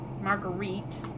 Marguerite